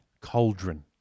cauldron